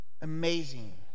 Amazing